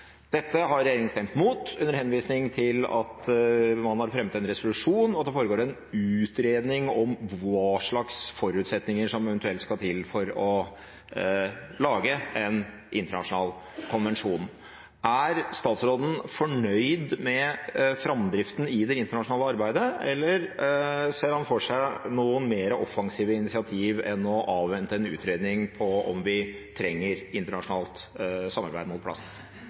Dette har regjeringen stemt mot, under henvisning til at man har fremmet en resolusjon, og at det foregår en utredning av hva slags forutsetninger som eventuelt skal til for å lage en internasjonal konvensjon. Er statsråden fornøyd med framdriften i det internasjonale arbeidet, eller ser han for seg noe mer offensive initiativ enn å avvente en utredning av om vi trenger internasjonalt samarbeid mot plast?